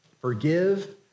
forgive